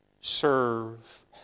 serve